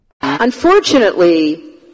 Unfortunately